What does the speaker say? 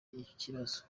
ikibazo